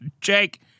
Jake